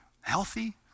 healthy